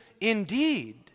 indeed